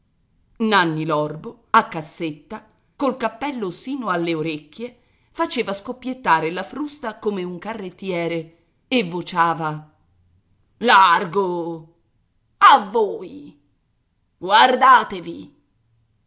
sposi nanni l'orbo a cassetta col cappello sino alle orecchie faceva scoppiettare la frusta come un carrettiere e vociava largo a voi guardatevi